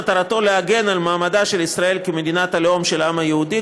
מטרתו להגן על מעמדה של ישראל כמדינת הלאום של העם היהודי,